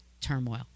turmoil